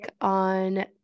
on